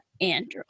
Android